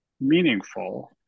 meaningful